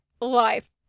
life